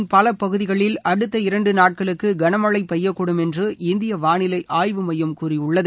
இதனிடையே கோவாவின் பல பகுதிகளில் அடுத்த இரண்டு நாட்களுக்கு களமளழ பெய்யக்கூடும் என்று இந்திய வானிலை ஆய்வு மையம் கூறியுள்ளது